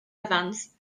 evans